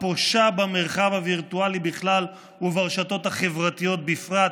הפושה במרחב הווירטואלי בכלל וברשתות החברתיות בפרט.